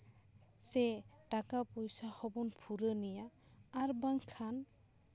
ᱥᱮ ᱴᱟᱠᱟ ᱯᱚᱭᱥᱟ ᱦᱚᱸᱵᱚᱱ ᱯᱷᱩᱨᱟᱹᱱ ᱮᱭᱟ ᱟᱨ ᱵᱟᱝᱠᱷᱟᱱ